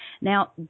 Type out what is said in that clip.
Now